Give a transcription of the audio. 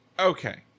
Okay